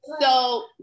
So-